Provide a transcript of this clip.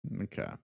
Okay